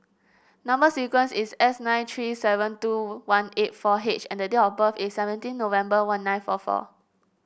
number sequence is S nine three seven two one eight four H and the date of birth is seventeen November one nine four four